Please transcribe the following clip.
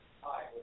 Hi